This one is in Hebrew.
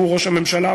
שהוא ראש הממשלה,